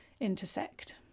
intersect